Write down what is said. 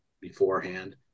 beforehand